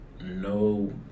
no